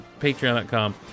patreon.com